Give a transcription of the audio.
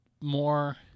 more